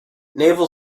naval